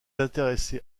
intéressé